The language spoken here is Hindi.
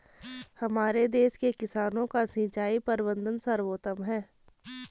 हमारे देश के किसानों का सिंचाई प्रबंधन सर्वोत्तम है